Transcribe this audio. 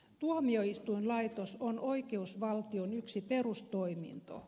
tuomioistuinlaitos on oikeusvaltion yksi perustoiminto